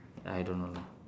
I don't know lah